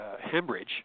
hemorrhage